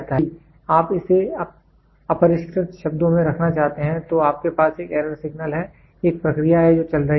यदि आप इसे अपरिष्कृत शब्दों में रखना चाहते हैं तो आपके पास एक एरर सिग्नल है एक प्रक्रिया है जो चल रही है